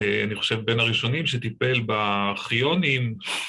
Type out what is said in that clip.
אני חושב בין הראשונים שטיפל בארכיונים.